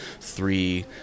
three